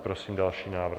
Prosím další návrh.